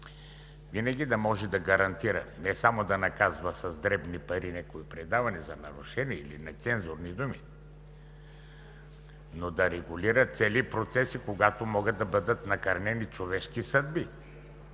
винаги да може да гарантира, не само да наказва с дребни пари някакво предаване за нарушение или нецензурни думи, но да регулира цели процеси, когато могат да бъдат накърнени човешки съдби.